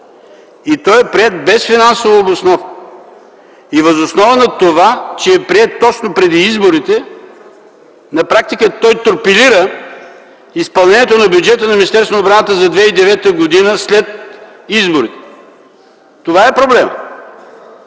Той е приет без финансова обосновка! Въз основа на това, че е приет точно преди изборите, на практика той торпилира изпълнението на бюджета на Министерството на отбраната за 2009 г. и след изборите. Това е проблемът.